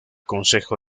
consejo